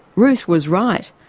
ruth was right.